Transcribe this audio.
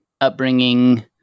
upbringing